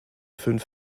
fünf